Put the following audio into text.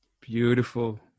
Beautiful